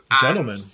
Gentlemen